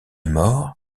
mort